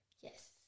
Yes